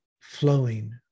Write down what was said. flowing